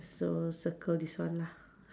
so circle this one lah